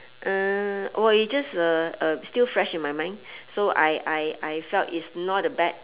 uh well it just uh uh still fresh in my mind so I I I felt it's not a bad